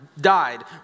died